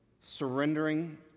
surrendering